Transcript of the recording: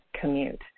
commute